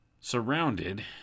surrounded